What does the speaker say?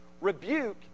rebuke